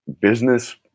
business